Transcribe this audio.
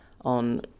on